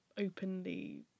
openly